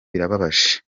birababaje